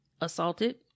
assaulted